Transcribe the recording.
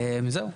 זהו.